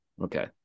Okay